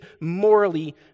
morally